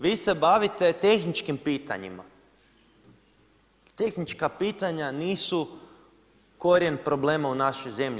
Vi se bavite tehničkim pitanjima, tehnička pitanja nisu korijen problema u našoj zemlji.